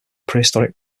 prehistoric